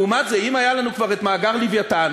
לעומת זאת, אם היה לנו כבר מאגר "לווייתן",